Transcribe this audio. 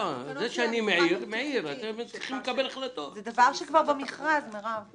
זה דבר שכבר במכרז, מירב.